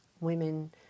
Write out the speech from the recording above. women